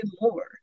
more